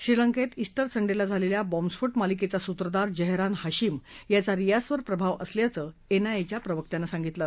श्रीलंकेत उंटर संडेला झालेल्या बॉम्बस्फोट मालिकेचा सूत्रधार जहरान हाशिम याचा रियासवर प्रभाव असल्याचं एनआयएच्या प्रवक्त्यानं सांगितलं